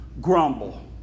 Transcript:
Grumble